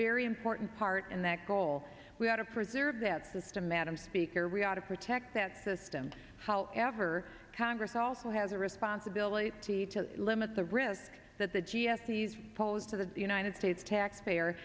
very important part and that goal we had to preserve that system madam speaker we ought to protect that system however congress also has a responsibility to limit the risk that the g s t he's posed to the united states taxpayer